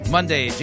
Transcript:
Monday